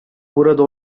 burada